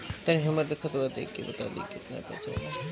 तनी हमर खतबा देख के बता दी की केतना पैसा बा?